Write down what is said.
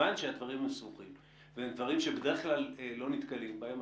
מכיוון שהדברים הם סבוכים והם דברים שבדרך כלל לא נתקלים בהם,